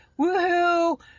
woohoo